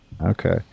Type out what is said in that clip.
Okay